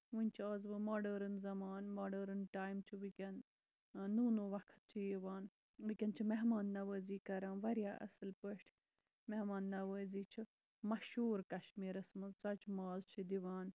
ؤنۍ چھُ آز یِوان ماڈٲرٕن زَمانہٕ ماڈٲرٕن ٹایم چھُ وٕنکیٚن نوٚو نوٚو وقت چھُ یِوان وٕنکیٚن چھِ مہمان نَوٲزی کران واریاہ اَصٕل پٲٹھۍ مہمان نَوٲزی چھُ مَشہٗور کَشمیٖرَس منٛز ژۄچہِ ماز چھُ دِوان